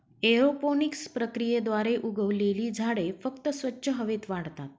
aeroponics प्रक्रियेद्वारे उगवलेली झाडे फक्त स्वच्छ हवेत वाढतात